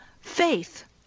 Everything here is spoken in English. faith